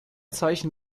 zeichen